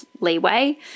leeway